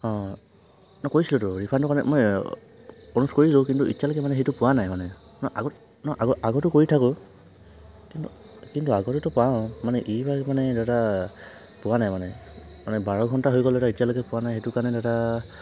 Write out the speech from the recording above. অ' কৈছিলোতো ৰিফাণ্ডটোৰ কাৰণে মই অনুৰোধ কৰিলো কিন্তু এতিয়ালৈকে মানে সেইটো পোৱা নাই মানে নহয় আগত ন আগতো কৰি থাকো কিন্তু আগতেটো পাওঁ মানে এইবাৰ মানে দাদা পোৱা নাই মানে মানে বাৰঘন্টা হৈ গ'ল এতিয়ালৈকে পোৱা নাই সেইটো কাৰণে দাদা